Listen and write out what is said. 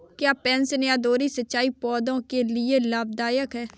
क्या बेसिन या द्रोणी सिंचाई पौधों के लिए लाभदायक है?